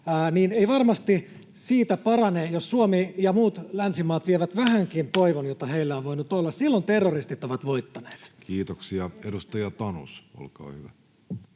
ei varmasti siitä parane, jos Suomi ja muut länsimaat vievät vähänkin toivon, jota heillä on voinut olla. Silloin terroristit ovat voittaneet. [Speech 63] Speaker: Jussi Halla-aho